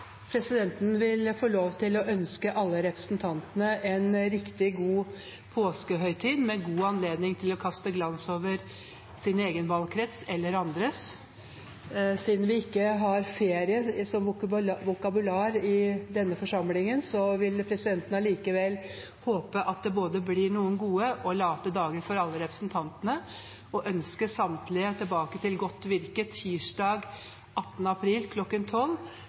Presidenten vil ønske alle representantene en riktig god påskehøytid, med god anledning til å kaste glans over sin egen valgkrets eller andres. Selv om vi ikke har «ferie» i vårt vokabular i denne forsamlingen, vil presidenten håpe at det blir noen gode og late dager for alle representantene, og ønske samtlige tilbake til godt virke tirsdag den 18. april